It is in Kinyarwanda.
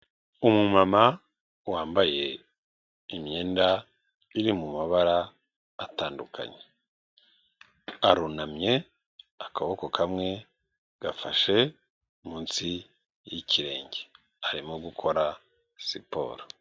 Umumama wambaye imyenda iri mu mabara atandukanye. Arunamye akaboko kamwe gafashe munsi yikirenge. Arimo gukora siporo.